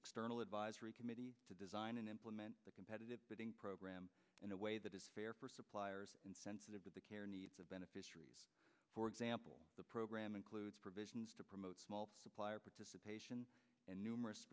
external advisory committee to design and implement the competitive bidding program in a way that is fair for suppliers and sensitive to the care needs of beneficiaries for example the program includes provisions to promote small supplier participation and numerous